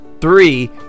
Three